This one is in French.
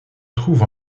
trouve